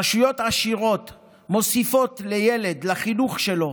רשויות עשירות מוסיפות לילד, לחינוך שלו,